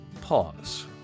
pause